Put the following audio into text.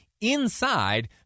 inside